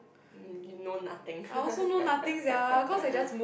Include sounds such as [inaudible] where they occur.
you know nothing [laughs]